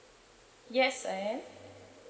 yes I am